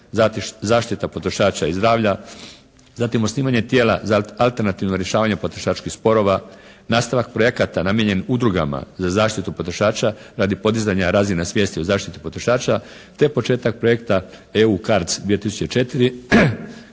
zaštita potrošača i zdravlja, zatim osnivanje tijela za alternativno rješavanje potrošačkih sporova, nastavak projekata namijenjen udrugama za zaštitu potrošača radi podizanja razine svijesti o zaštiti potrošača te početak projekta EU CARDS 2004